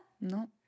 No